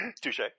Touche